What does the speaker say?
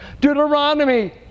Deuteronomy